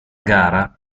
gara